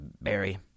Barry